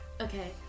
Okay